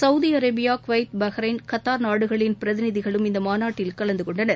Saudi Arabia Kuwait Bahrain Qatar நாடுகளின் பிரதிநிதிகளும் இந்த மாநாட்டில் கலந்துகொண்டனர்